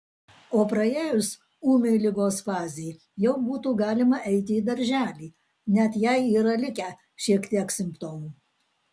o praėjus ūmiai ligos fazei jau būtų galima eiti į darželį net jei yra likę šiek tiek simptomų